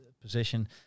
position